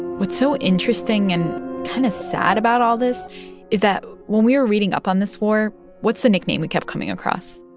what's so interesting and kind of sad about all this is that, when we were reading up on this war what's the nickname we kept coming across?